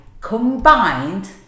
combined